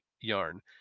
yarn